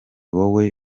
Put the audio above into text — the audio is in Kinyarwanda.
wowe